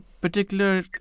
particular